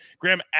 Graham